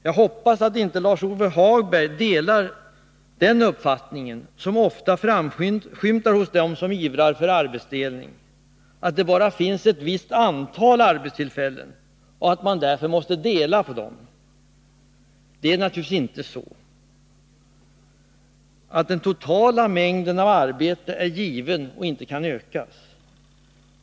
Jag hoppas att inte Lars-Ove Hagberg delar den uppfattningen, som ofta framskymtar hos dem som ivrar för arbetsdelning, att det bara finns ett visst antal arbetstillfällen och att man därför måste dela på dem. Det är naturligtvis inte så att den totala mängden arbete är given och inte kan ökas.